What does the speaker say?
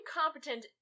competent